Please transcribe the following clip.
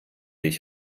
ich